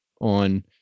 On